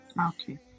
Okay